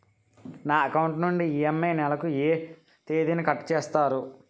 నా అకౌంట్ నుండి ఇ.ఎం.ఐ నెల లో ఏ తేదీన కట్ చేస్తారు?